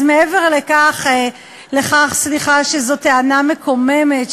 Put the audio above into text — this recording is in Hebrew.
אז מעבר לכך שזו טענה מקוממת,